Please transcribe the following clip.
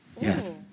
Yes